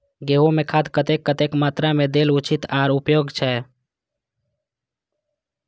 गेंहू में खाद कतेक कतेक मात्रा में देल उचित आर उपयोगी छै?